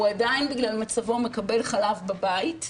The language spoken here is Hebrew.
הוא עדיין בגלל מצבו מקבל חלב בבית.